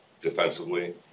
defensively